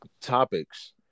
topics